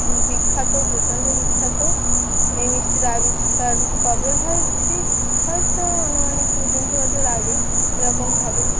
বিখ্যাত প্রচণ্ড বিখ্যাত এই মিষ্টিটা আবিষ্কার কবে হয় ঠিক হয়তো অনুমানিক দু তিনশো বছর আগে এরকম হবে